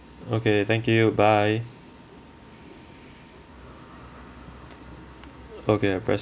okay thank you bye okay I press